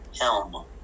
Helm